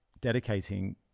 dedicating